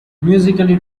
musically